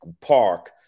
park